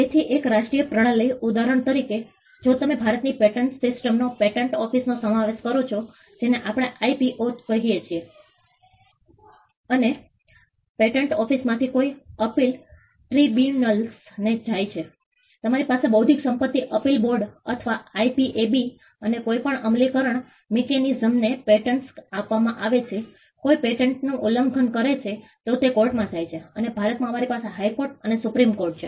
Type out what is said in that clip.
તેથી એક રાષ્ટ્રીય પ્રણાલી ઉદાહરણ તરીકે જો તમે ભારતની પેટન્ટ સિસ્ટમનો પેટન્ટ ઓફિસનો સમાવેશ કરો છો જેને આપણે આઈપીઓ કહીએ છીએ અને પેટન્ટ ઓફિસમાંથી કોઈ અપીલ ટ્રિબ્યુનલ્સને જાય છે અમારી પાસે બૌદ્ધિક સંપત્તિ અપીલ બોર્ડ અથવા આઈપીએબી અને કોઈપણ અમલીકરણ મિકેનિઝમ છે પેટન્ટ આપવામાં આવે છે કોઈક પેટન્ટનું ઉલ્લંઘન કરે છે તે કોર્ટમાં જાય છે અને ભારતમાં અમારી પાસે હાઇકોર્ટ અને સુપ્રીમ કોર્ટ છે